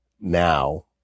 now